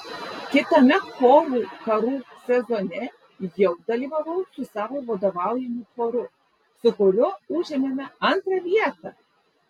kitame chorų karų sezone jau dalyvavau su savo vadovaujamu choru su kuriuo užėmėme antrą vietą